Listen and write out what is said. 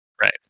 Right